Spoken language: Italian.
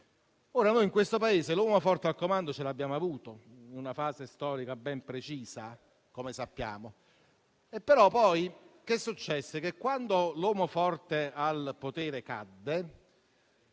di questo Paese. L'uomo forte al comando ce l'abbiamo avuto in una fase storica ben precisa, come sappiamo. Però poi successe che, quando l'uomo forte al potere cadde...